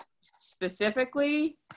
specifically